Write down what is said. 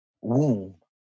womb